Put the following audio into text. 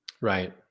Right